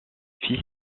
fils